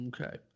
Okay